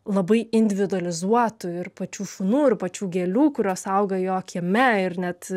labai individualizuotų ir pačių šunų ir pačių gėlių kurios auga jo kieme ir net